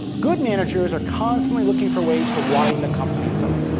good managers are constantly looking for ways to widen a company's moat.